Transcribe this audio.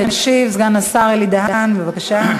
ישיב סגן השר אלי בן-דהן, בבקשה.